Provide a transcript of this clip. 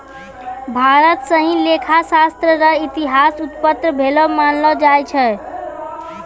भारत स ही लेखा शास्त्र र इतिहास उत्पन्न भेलो मानलो जाय छै